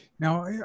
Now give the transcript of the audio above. Now